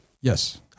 Yes